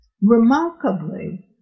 Remarkably